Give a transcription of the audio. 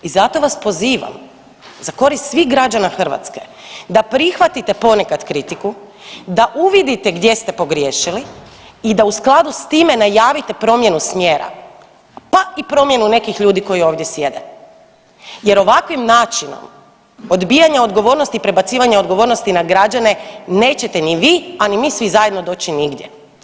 I zato vas pozivam za korist svih građana Hrvatske da prihvatite ponekad kritiku, da uvidite gdje ste pogriješili i da u skladu s time najavite promjenu smjera, pa i promjenu nekih ljudi koji ovdje sjede jer ovakvim načinom odbijanja odgovornosti i prebacivanja odgovornosti na građane nećete ni vi, a ni mi svi zajedno doći nigdje.